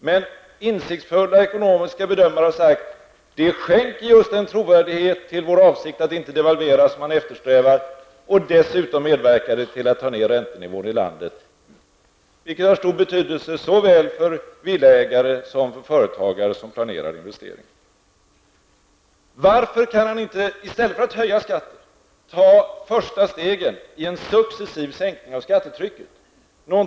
Men insiktsfulla ekonomiska bedömare har sagt att det ger trovärdighet åt vår avsikt att inte devalvera, vilket vi eftersträvar att inte göra. Dessutom medverkar det till att ta ned räntenivån i landet, vilket är av stor betydelse för såväl villaägare som för företagare som planerar att investera. Varför kan inte Allan Larsson, i stället för att höja skatten, ta första steget i en successiv sänkning av skattetrycket?